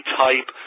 type